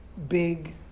big